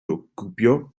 ocupó